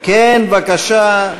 כן, בבקשה,